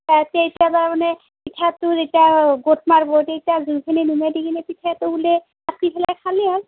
তাত তেতিয়া তাৰমানে পিঠাটো যেতিয়া গোট মাৰিব তেতিয়া জুইখিনি পিঠাটো ওলিয়াই কাটি পেলাই খালেই হ'ল